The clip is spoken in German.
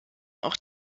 auch